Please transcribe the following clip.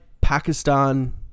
pakistan